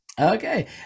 Okay